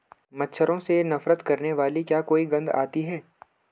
मच्छरों से नफरत करने वाली क्या कोई गंध आती है?